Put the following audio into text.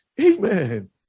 Amen